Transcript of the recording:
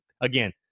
Again